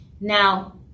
Now